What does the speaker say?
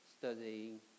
studying